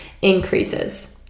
increases